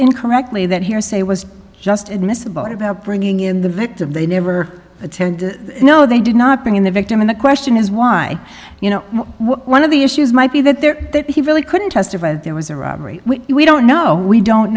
incorrectly that hearsay was just admissible about bringing in the victim they never attend no they did not bring in the victim and the question is why you know one of the issues might be that there that he really couldn't testify that there was a robbery we don't know we don't